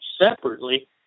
separately